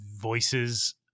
voices